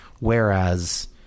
Whereas